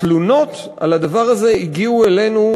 התלונות על הדבר הזה הגיעו אלינו,